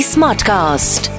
Smartcast